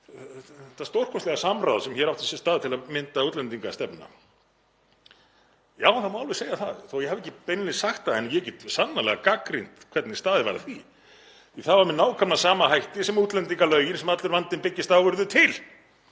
þetta stórkostlega samráð sem hér átti sér stað til að mynda útlendingastefnuna: Já, það má alveg segja það, þótt ég hafi ekki beinlínis sagt það, en ég get sannarlega gagnrýnt hvernig staðið var að því. Það var með nákvæmlega sama hætti sem útlendingalögin sem allur vandinn byggist á urðu til,